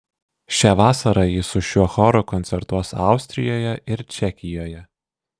šią vasarą ji su šiuo choru koncertuos austrijoje ir čekijoje